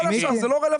כל השאר זה לא רלוונטי.